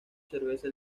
cerveza